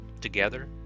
Together